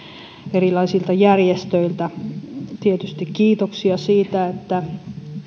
erilaisilta järjestöiltä tietysti kiitoksia siitä että